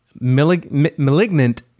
malignant